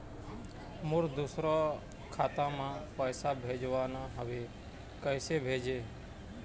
मोर दुसर खाता मा पैसा भेजवाना हवे, कइसे भेजों?